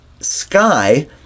sky